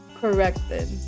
corrected